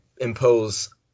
impose